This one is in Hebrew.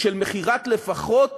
מכירה של לפחות